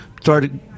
started